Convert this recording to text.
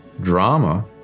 drama